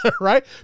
Right